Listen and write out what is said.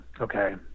okay